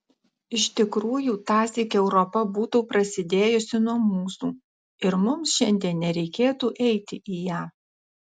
iš tikrųjų tąsyk europa būtų prasidėjusi nuo mūsų ir mums šiandien nereikėtų eiti į ją